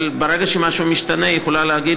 אבל ברגע שמשהו משתנה היא יכולה להגיד